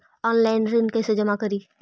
Online ऋण कैसे जमा करी?